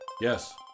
Yes